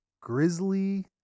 grizzly